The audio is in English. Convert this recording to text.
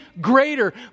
greater